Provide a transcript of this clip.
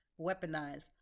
weaponize